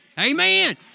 Amen